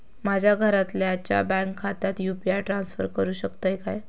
माझ्या घरातल्याच्या बँक खात्यात यू.पी.आय ट्रान्स्फर करुक शकतय काय?